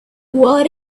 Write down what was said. what